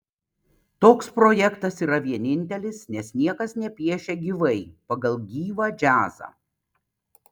toks projektas yra vienintelis nes niekas nepiešia gyvai pagal gyvą džiazą